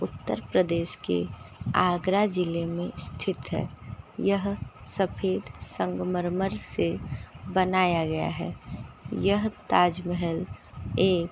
उत्तर प्रदेश के आगरा जिले में स्थित है यह सफ़ेद संगमरमर से बनाया गया है यह ताजमहल एक